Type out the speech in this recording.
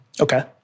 Okay